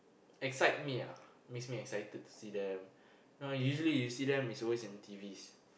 excite me ah makes me excited to see them you know usually see them is always in T_Vs